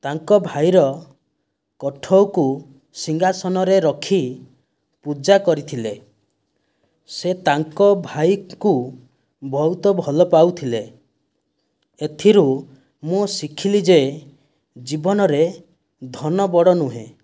ତାଙ୍କ ଭାଇର କଠଉକୁ ସିଂହାସନରେ ରଖି ପୂଜା କରିଥିଲେ ସେ ତାଙ୍କ ଭାଇକୁ ବହୁତ ଭଲ ପାଉଥିଲେ ଏଥିରୁ ମୁଁ ଶିଖିଲି ଯେ ଜୀବନରେ ଧନ ବଡ଼ ନୁହେଁ